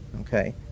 Okay